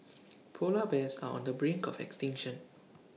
Polar Bears are on the brink of extinction